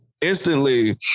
instantly